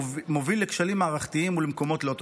מוביל לכשלים מערכתיים ולמקומות לא טובים.